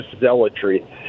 zealotry